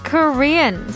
Korean